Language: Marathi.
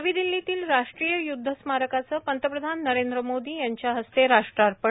नवी दिल्लीतील राष्ट्रीय य्द्ध स्मारकाचं पंतप्रधान नरेंद्र मोदी यांच्या हस्ते राष्ट्रार्पण